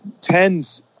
tens